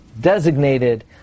designated